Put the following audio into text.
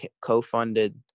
co-funded